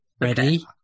ready